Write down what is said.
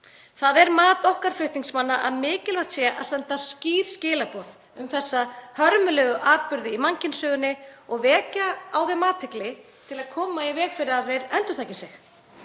Það er mat okkar flutningsmanna að mikilvægt sé að senda skýr skilaboð um þessa hörmulegu atburði í mannkynssögunni og vekja á þeim athygli til að koma í veg fyrir að þeir endurtaki sig.